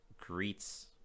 greets